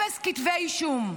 אפס כתבי אישום.